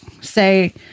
say